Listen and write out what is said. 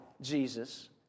Jesus